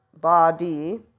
body